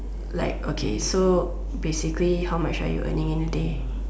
like okay so basically how much are you earning in a day